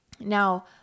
Now